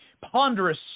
ponderous